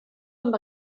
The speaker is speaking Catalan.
amb